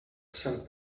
san